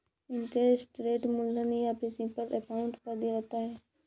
interest rate मूलधन या principal amount पर दिया जाता है